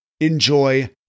enjoy